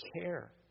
care